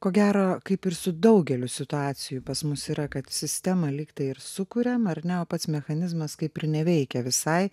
ko gero kaip ir su daugeliu situacijų pas mus yra kad sistemą lyg tai ir sukuriam ar ne o pats mechanizmas kaip ir neveikia visai